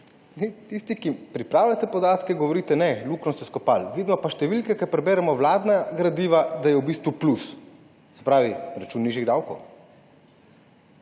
tisti, ki pripravljate podatke, govorite »luknjo ste izkopali«, vidimo pa številke, ko preberemo vladna gradiva, da je v bistvu plus, se pravi, na račun nižjih davkov.